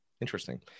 Interesting